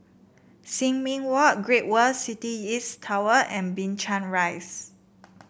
Sin Ming Walk Great World City East Tower and Binchang Rise